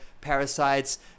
parasites